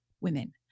women